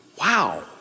Wow